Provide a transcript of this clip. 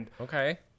Okay